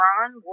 Ron